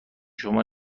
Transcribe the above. شما